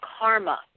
Karma